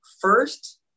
first